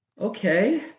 okay